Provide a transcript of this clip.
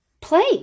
play